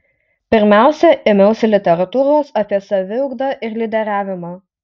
pirmiausia ėmiausi literatūros apie saviugdą ir lyderiavimą